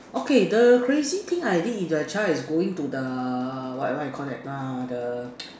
okay the crazy thing I did is a child is going to the what what you call that uh the